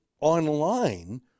online